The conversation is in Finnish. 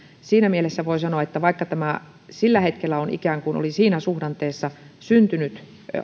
siinä mielessä voi sanoa että vaikka tämä sillä hetkellä oli ikään kuin siinä suhdanteessa syntynyt